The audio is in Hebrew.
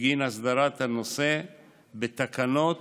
בגין הסדרת הנושא בתקנות